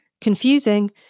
confusing